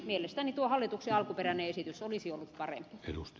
mielestäni tuo hallituksen alkuperäinen esitys olisi ollut parempi